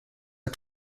are